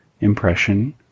impression